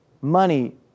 money